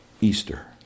Easter